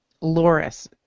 Loris